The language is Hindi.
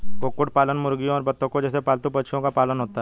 कुक्कुट पालन मुर्गियों और बत्तखों जैसे पालतू पक्षियों का पालन होता है